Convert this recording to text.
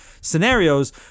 scenarios